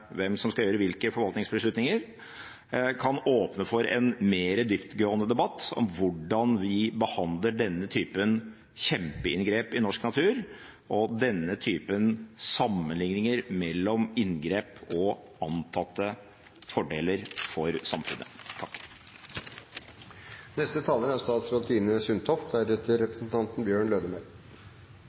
hvem som skal gjøre hvilke forvaltningsbeslutninger, kan åpne for en mer dyptgående debatt om hvordan vi behandler denne typen kjempeinngrep i norsk natur og denne typen sammenligninger mellom inngrep og antatte fordeler for samfunnet.